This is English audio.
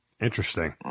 Interesting